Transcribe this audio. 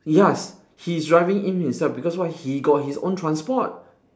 yes he is driving in himself because why he got his own transport